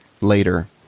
later